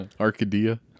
Arcadia